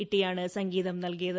ഇട്ടിയാണ് സംഗീതം നൽകിയത്